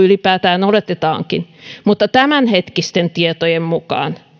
ylipäätään odotetaankaan mutta tämänhetkisten tietojen mukaan